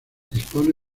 dispone